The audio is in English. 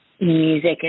music